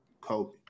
Kobe